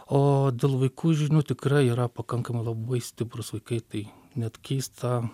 o dėl vaikų žinių tikrai yra pakankamai labai stiprūs vaikai tai net keista